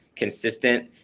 consistent